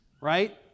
right